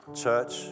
Church